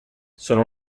sono